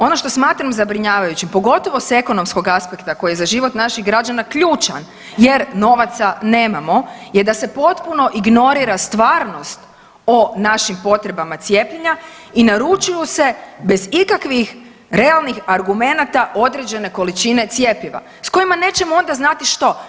Ono što smatram zabrinjavajućim, pogotovo s ekonomskog aspekta koji je za život naših građana ključan jer novaca nemamo je da se potpuno ignorira stvarnost o našim potrebama cijepljenja i naručuju se bez ikakvih realnih argumenata određene količine cjepiva s kojima nećemo onda znati što.